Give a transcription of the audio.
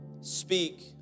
speak